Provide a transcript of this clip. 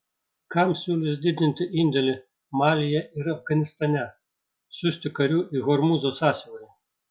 kam siūlys didinti indėlį malyje ir afganistane siųsti karių į hormūzo sąsiaurį